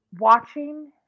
Watching